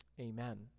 amen